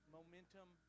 Momentum